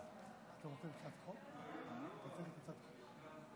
אני רוצה להזכיר לכולנו את חוק בריאות ממלכתי,